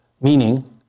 meaning